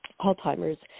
Alzheimer's